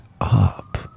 up